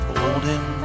Holding